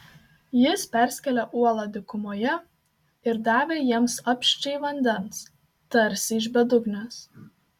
jis perskėlė uolą dykumoje ir davė jiems apsčiai vandens tarsi iš bedugnės